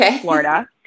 Florida